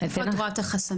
איפה את רואה את החסמים?